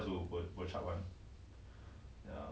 I didn't know eh like